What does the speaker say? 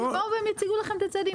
בואו והם יציגו לכם את הצעדים.